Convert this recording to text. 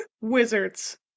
Wizards